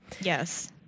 Yes